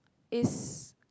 is